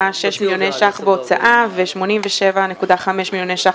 6 מיליוני ש"ח בהוצאה ו-87.5 מיליוני ש"ח